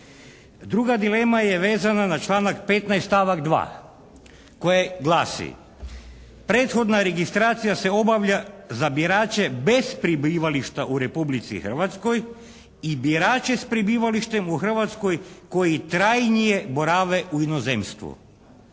Druga dilema je vezana na članak 15. stavak 2., koji glasi, prethodna registracija se obavlja za birače bez prebivališta u Republici Hrvatskoj i birače s prebivalištem u Hrvatskoj koji trajnije borave u inozemstvu.